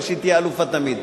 אבל שהיא תהיה אלופה תמיד.